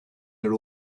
your